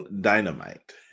dynamite